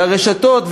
לרשתות,